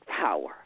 power